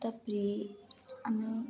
ତାପରେ ଆମେ